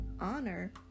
Honor